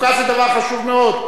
חוקה זה דבר חשוב מאוד,